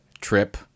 trip